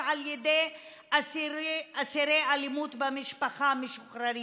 על ידי אסירי אלימות במשפחה משוחררים,